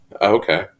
okay